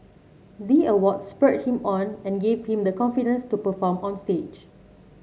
the award spurred him on and gave him the confidence to perform on stage